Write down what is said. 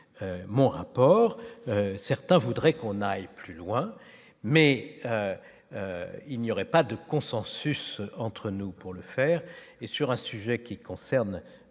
mon rapport, certains voudraient qu'on aille plus loin, mais il n'y aurait pas de consensus entre nous pour le faire et sur un sujet qui concerne